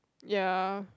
ya